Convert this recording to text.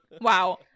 Wow